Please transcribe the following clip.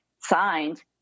signed